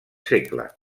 segle